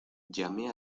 llamé